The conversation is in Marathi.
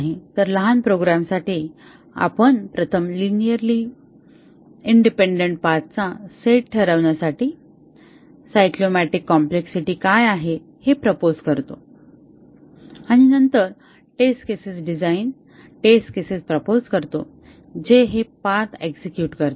तर लहान प्रोग्राम्ससाठी आपण प्रथम लिनिअरली इंडिपेंडन्ट पाथचा सेट ठरवण्यासाठी सायक्लोमॅटिक कॉम्प्लेक्सिटी काय आहे हे प्रोपोझ करतो आणि नंतर test cases design test cases propose करतो जे हे पाथ एक्झेक्युट करतील